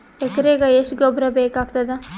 ಎಕರೆಗ ಎಷ್ಟು ಗೊಬ್ಬರ ಬೇಕಾಗತಾದ?